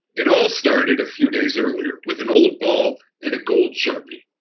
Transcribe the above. it all started a few days earlier with an old ball and a gold sharpie.